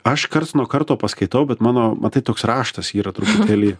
aš karts nuo karto paskaitau bet mano matai toks raštas yra truputėlį